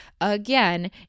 again